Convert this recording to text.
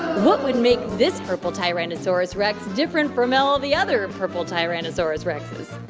what would make this purple tyrannosaurus rex different from all the other purple tyrannosaurus rexes?